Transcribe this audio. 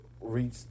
reach